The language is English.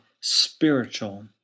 spiritual